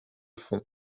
fond